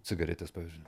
cigaretes pavyzdžiui